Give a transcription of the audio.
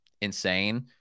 insane